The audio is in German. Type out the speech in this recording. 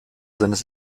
seines